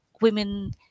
women